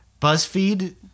BuzzFeed